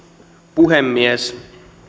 puhemies